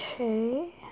Okay